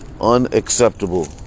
Unacceptable